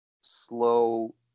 slow